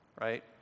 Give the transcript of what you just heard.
Right